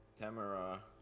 Tamara